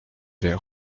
vais